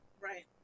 Right